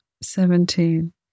Seventeen